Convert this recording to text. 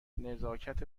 نزاکت